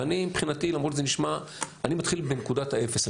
ואני מבחינתי, אני מתחיל בנקודת האפס.